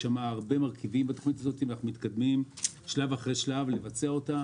יש שם הרבה מרכיבים שאנחנו מתקדמים שלב אחרי שלב כדי לבצע אותם.